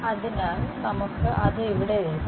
അതിനാൽ നമുക്ക് അത് ഇവിടെ എഴുതാം